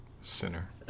sinner